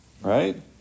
right